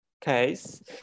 case